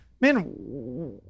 man